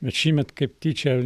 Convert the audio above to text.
bet šįmet kaip tyčia